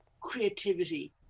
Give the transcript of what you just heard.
creativity